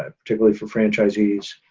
ah particularly for franchises